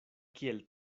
kiel